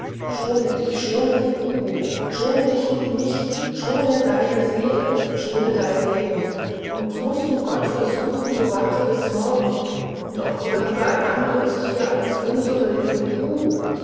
schone dich schone die kuh schone dich und mich schone deine seele schone dein leben und mußt du gott so versuchen so warte bis morgen und opfere lieber ein anderes tier als unsere liebe kuh